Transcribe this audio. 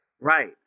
Right